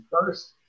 First